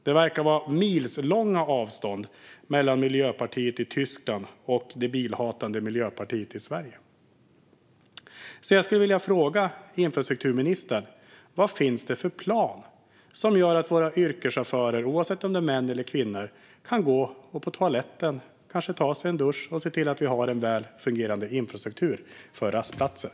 Det verkar vara milslånga avstånd mellan det tyska miljöpartiet och det bilhatande miljöpartiet i Sverige. Jag skulle vilja fråga infrastrukturministern vad det finns för plan för att se till att våra yrkeschaufförer, oavsett om det är män eller kvinnor, ska kunna gå på toaletten och kanske ta sig en dusch och för att se till att vi har en väl fungerande infrastruktur för rastplatser.